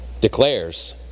declares